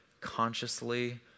consciously